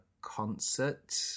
concert